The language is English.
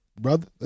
brother